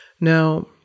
Now